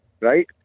right